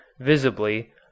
visibly